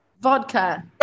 Vodka